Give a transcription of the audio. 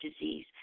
disease